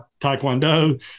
taekwondo